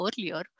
earlier